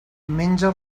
menja